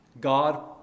God